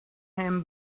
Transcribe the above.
him